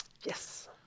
yes